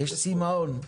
יש צימאון.